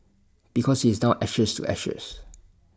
because he is now ashes to ashes